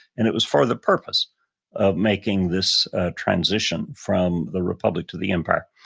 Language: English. and it was for the purpose of making this transition from the republic to the empire.